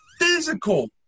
Physical